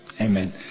Amen